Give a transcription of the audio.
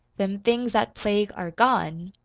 them things that plague are gone!